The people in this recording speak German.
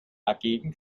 dagegen